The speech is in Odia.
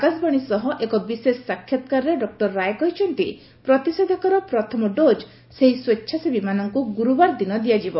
ଆକାଶବାଣୀ ସହ ଏକ ବିଶେଷ ସାକ୍ଷାତକାରରେ ଡକୁର ରାଏ କହିଛନ୍ତି ପ୍ରତିଶେଧକର ପ୍ରଥମ ଡୋଜ୍ ସେହି ସ୍ୱେଚ୍ଛାସେବୀମାନଙ୍କୁ ଗୁରୁବାର ଦିନ ଦିଆଯିବ